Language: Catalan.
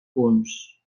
punts